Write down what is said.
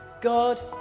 God